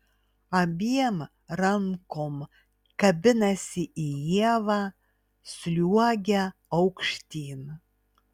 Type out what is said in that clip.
abiem rankom kabinasi į ievą sliuogia aukštyn